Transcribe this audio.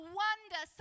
wonder